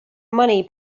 money